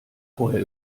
vorher